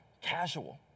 casual